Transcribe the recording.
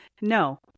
No